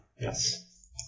Yes